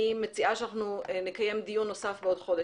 אני מציעה שנקיים דיון נוסף בעוד חודש.